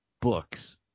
books